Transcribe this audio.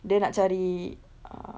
dia nak cari err